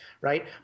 right